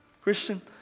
Christian